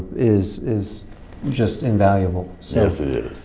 is is just invaluable. so